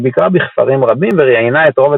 היא ביקרה בכפרים רבים וראיינה את רוב